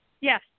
yes